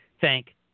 thank